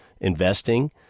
investing